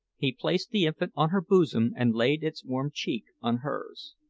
he placed the infant on her bosom and laid its warm cheek on hers.